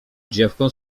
dziewką